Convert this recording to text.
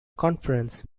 conference